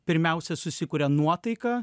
pirmiausia susikuria nuotaiką